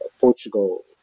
Portugal